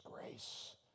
grace